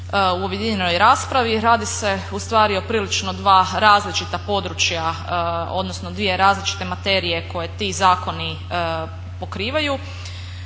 u objedinjenoj raspravi. Radi se u stvari o prilično dva različita područja odnosno dvije različite materije koje ti zakoni pokrivaju.